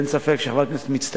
שאין ספק שהיא חברת כנסת מצטיינת.